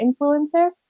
influencer